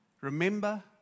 remember